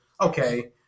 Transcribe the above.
okay